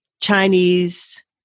Chinese